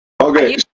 okay